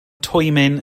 twymyn